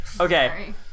Okay